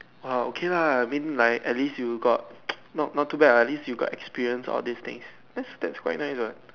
oh okay lah I mean like at least you got not not too bad lah at least you got experience all these things that's quite nice what